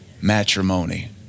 matrimony